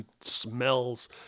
smells